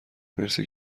مرسی